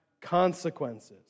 consequences